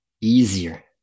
easier